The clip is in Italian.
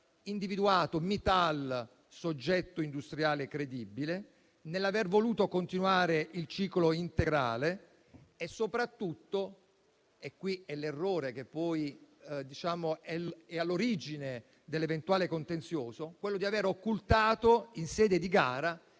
individuato Mittal come soggetto industriale credibile, l'aver voluto continuare il ciclo integrale e soprattutto - qui è l'errore che poi è all'origine dell'eventuale contenzioso - l'aver occultato in sede di gara